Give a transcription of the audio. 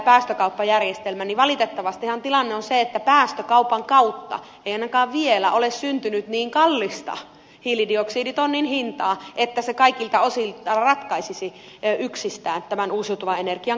valitettavastihan tilanne on se että päästökaupan kautta ei ainakaan vielä ole syntynyt niin kallista hiilidioksiditonnin hintaa että se kaikilta osin ratkaisi yksistään uusiutuvan energian kannattavuusongelmat